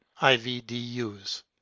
IVDUs